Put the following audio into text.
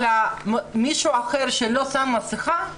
בגלל מישהו אחר שלא שם מסכה,